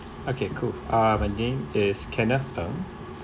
okay cool uh my name is kenneth Ng